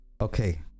Okay